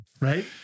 right